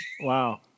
Wow